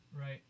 Right